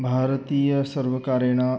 भारतीय सर्वकारेण